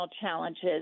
challenges